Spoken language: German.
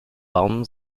baum